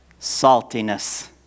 saltiness